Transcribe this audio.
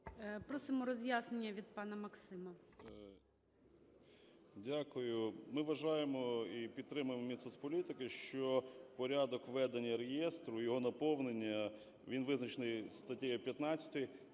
Просимо роз'яснення від пана Максима.